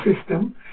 system